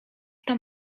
tam